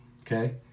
Okay